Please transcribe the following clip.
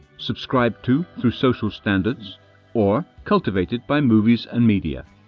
subscribed to through social standards or cultivated by movies and media.